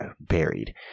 buried